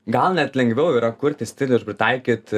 gal net lengviau yra kurti stilių ir pritaikyt